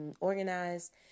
organized